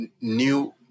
new